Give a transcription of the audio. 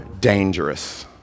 dangerous